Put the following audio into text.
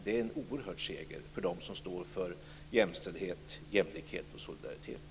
Det är en oerhörd seger för dem som står för jämställdhet, jämlikhet och solidaritet.